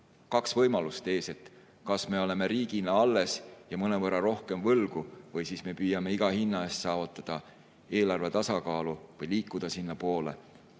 kaks võimalust: kas me oleme riigina alles ja meil on mõnevõrra rohkem võlgu või me püüame iga hinna eest saavutada eelarvetasakaalu või liikuda sinnapoole